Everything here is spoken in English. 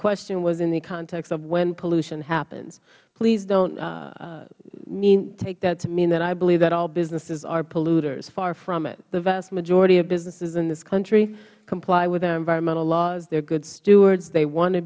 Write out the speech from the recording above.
question was in the context of when pollution happens please don't take that to mean that i believe that all businesses are polluters far from it the vast majority of businesses in this country comply with our environmental laws they are good stewards they want to